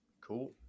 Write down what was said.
Cool